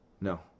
No